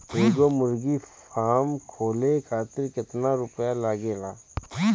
एगो मुर्गी फाम खोले खातिर केतना रुपया लागेला?